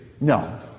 No